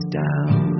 down